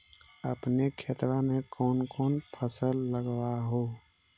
अपन खेतबा मे कौन कौन फसल लगबा हू?